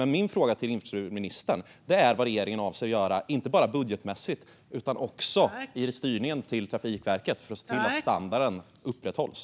Men min fråga till infrastrukturministern är vad regeringen avser att göra, inte bara budgetmässigt utan också när det gäller styrningen till Trafikverket, för att se till att standarden upprätthålls.